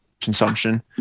consumption